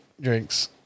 drinks